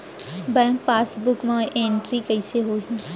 Bank passbook मा entry कइसे होही?